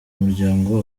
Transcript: muryango